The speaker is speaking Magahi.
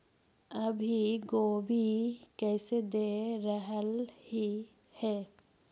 अभी गोभी कैसे दे रहलई हे?